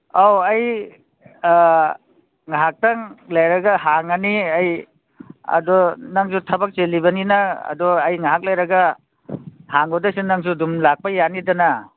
ꯑꯧ ꯑꯩ ꯉꯏꯍꯥꯛꯇꯪ ꯂꯩꯔꯒ ꯍꯥꯡꯉꯅꯤ ꯑꯩ ꯑꯗꯨ ꯅꯪꯁꯨ ꯊꯕꯛ ꯆꯤꯜꯂꯤꯕꯅꯤꯅ ꯑꯗꯣ ꯑꯩ ꯉꯥꯏꯍꯥꯛ ꯂꯩꯔꯒ ꯍꯥꯡꯕꯗꯁꯨ ꯅꯪꯁꯨ ꯑꯗꯨꯝ ꯂꯥꯛꯄ ꯌꯥꯅꯤꯗꯅ